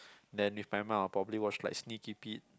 then with mum I probably watch like Sneaky Pete